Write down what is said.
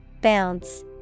Bounce